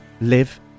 live